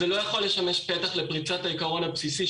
זה לא יכול לשמש פתח לפריצת העיקרון הבסיסי,